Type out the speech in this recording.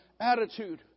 attitude